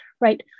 right